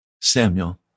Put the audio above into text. Samuel